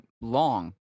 long